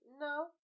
No